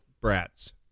brats